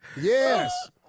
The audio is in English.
yes